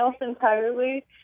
entirely